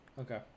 Okay